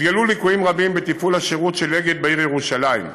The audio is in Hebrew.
התגלו ליקויים רבים בתפעול השירות של "אגד" בעיר ירושלים.